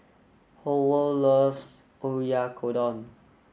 Howell loves Oyakodon